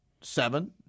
seven